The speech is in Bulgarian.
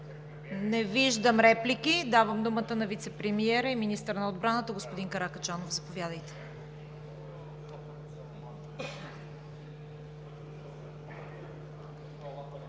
желаещи за реплики. Давам думата на вицепремиера и министър на отбраната господин Каракачанов. Заповядайте.